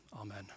Amen